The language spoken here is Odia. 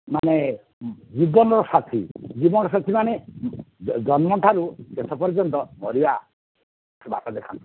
ମାନେ ଜୀବନର ସାଥି ଜୀବନ ସାଥି ମାନେ ଜନ୍ମ ଠାରୁ ଶେଷ ପର୍ଯ୍ୟନ୍ତ ମରିବା ବାଟ ଦେଖାନ୍ତି